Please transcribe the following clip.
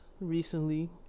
recently